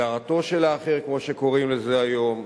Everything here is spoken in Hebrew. הדרתו של האחר, כמו שקוראים לזה היום,